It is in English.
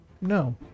no